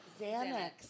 Xanax